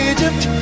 Egypt